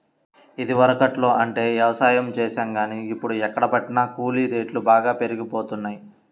ఇదివరకట్లో అంటే యవసాయం చేశాం గానీ, ఇప్పుడు ఎక్కడబట్టినా కూలీ రేట్లు బాగా పెరిగిపోతన్నయ్